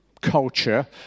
culture